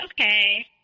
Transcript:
okay